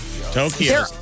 Tokyo